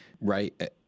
right